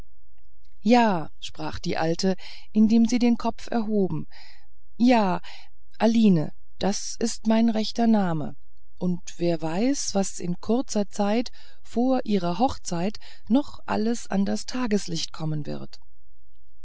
ja sprach die alte indem sie den kopf erhob ja aline das ist mein rechter name und wer weiß was in kurzer zeit vor ihrer hochzeit noch alles an das tageslicht kommen wird